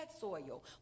soil